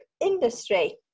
industry